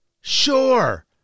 Sure